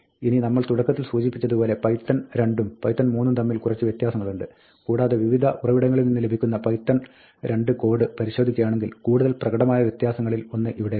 ഇനി നമ്മൾ തുടക്കത്തിൽ സൂചിപ്പിച്ചതു പോലെ പൈത്തൺ 2 ഉം പൈത്തൺ 3 ഉം തമ്മിൽ കുറച്ച് വ്യത്യാസങ്ങളുണ്ട് കൂടാതെ വിവിധ ഉറവിടങ്ങളിൽ നിന്ന് ലഭിക്കുന്ന python 2 കോഡ് പരിശോധിക്കുകയാണെങ്കിൽ കൂടുതൽ പ്രകടമായ വ്യത്യാസങ്ങളിൽ ഒന്ന് ഇവിടെയുണ്ട്